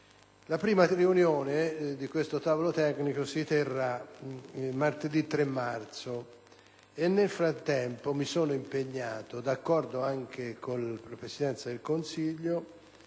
La prima riunione di questo tavolo tecnico si terrà martedì 3 marzo e, nel frattempo, mi sono impegnato, d'accordo anche con la Presidenza del Consiglio,